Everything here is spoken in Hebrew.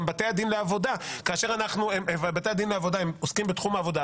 גם בתי הדין לעבודה פוסקים בתחום העבודה,